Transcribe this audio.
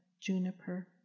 juniper